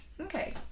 Okay